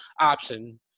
option